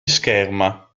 scherma